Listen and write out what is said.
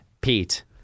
Pete